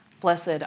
Blessed